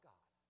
God